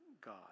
God